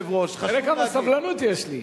תראה כמה סבלנות יש לי.